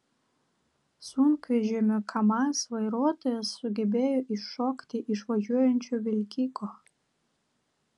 sunkvežimio kamaz vairuotojas sugebėjo iššokti iš važiuojančio vilkiko